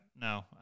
No